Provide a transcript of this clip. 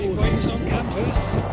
waves on campus!